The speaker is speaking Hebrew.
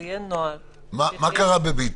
זה יהיה נוהל שיחייב --- מה קרה בבית"ר?